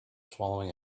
swallowing